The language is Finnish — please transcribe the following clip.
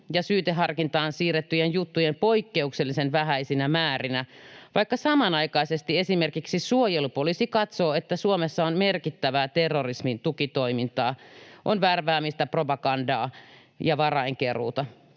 ja syyteharkintaan siirrettyjen juttujen poikkeuksellisen vähäisinä määrinä, vaikka samanaikaisesti esimerkiksi suojelupoliisi katsoo, että Suomessa on merkittävää terrorismin tukitoimintaa: on värväämistä, propagandaa ja varainkeruuta.